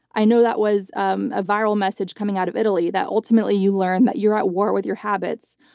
i know that was um a viral message coming out of italy, that ultimately you learn that you're at war with your habits.